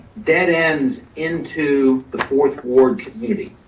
that ends into the fourth ward community,